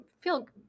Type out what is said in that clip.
feel